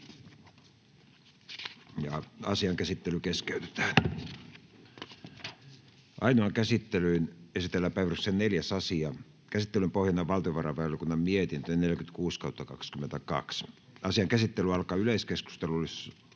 isänmaan puolesta. — Kiitos. Ainoaan käsittelyyn esitellään päiväjärjestyksen 4. asia. Käsittelyn pohjana on valtiovarainvaliokunnan mietintö VaVM 46/2022 vp. Asian käsittely alkaa yleiskeskustelulla,